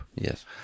Yes